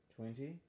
Twenty